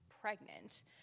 pregnant